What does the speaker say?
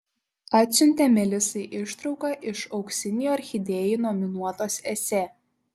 atsiuntė melisai ištrauką iš auksinei orchidėjai nominuotos esė